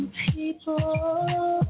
people